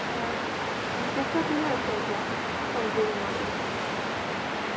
কেঁচাটোহে আছে এতিয়া চবজি বনোৱাটো